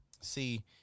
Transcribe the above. See